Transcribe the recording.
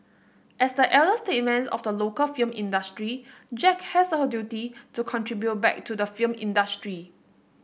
as the elder statesman of the local film industry Jack has a duty to contribute back to the film industry